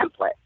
template